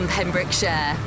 Pembrokeshire